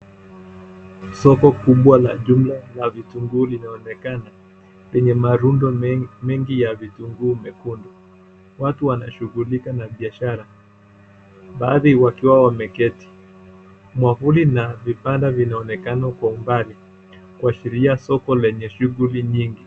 Soko kubwa la jumla la vitunguu linaonekana, lenye marundo mengi ya vitunguu mekundu. Watu wanashughulika na biashara, baadhi wakiwa wameketi. Mwavuli na vibanda vinaonekana kwa umbali kuashiria soko lenye shughuli nyingi.